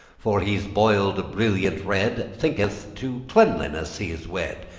for he's boiled a brilliant red, thinketh to cleanliness he's wed,